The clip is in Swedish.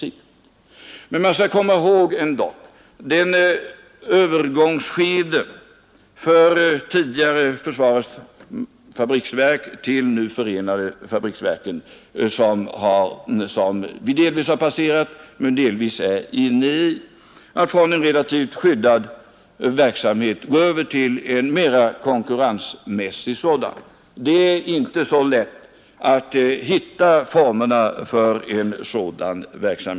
Man skall emellertid komma ihåg att i det övergångsskede från det tidigare försvarets fabriksverk till det nuvarande förenade fabriksverken — en övergång som vi nu delvis har passerat men delvis ännu är inne i, och där det gällt att från en relativt skyddad verksamhet gå över till en mera konkurrensmässig sådan — är det inte så lätt att hitta de rätta formerna.